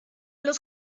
los